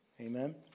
amen